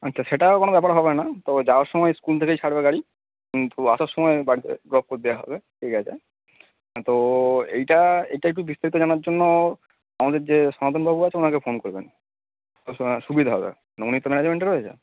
আচ্ছা সেটা আর কোনো ব্যাপার হবে না তো যাওয়ার সময় স্কুল থেকেই ছাড়বে গাড়ি কিন্তু আসার সময় বাড়িতে ড্রপ করে দেওয়া হবে ঠিক আছে তো এইটা এইটা একটু বিস্তারিত জানার জন্য আমাদের যে সনাতন বাবু আছে ওনাকে ফোন করবেন সু সুবিধা হবে উনি তো ম্যানেজমেন্টে রয়েছে